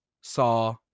saw